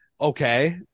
okay